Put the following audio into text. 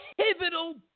pivotal